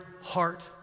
heart